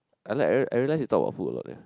I like I I realise we talk about food a lot here